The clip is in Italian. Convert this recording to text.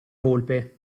volpe